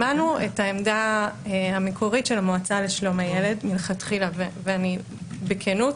שמענו את העמדה המקורית של המועצה לשלום הילד מלכתחילה ואומר בכנות,